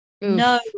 No